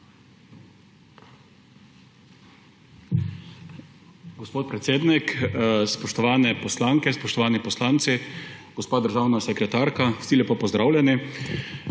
Gospod predsednik, spoštovane poslanke, spoštovani poslanci, gospa državna sekretarka, vsi lepo pozdravljeni!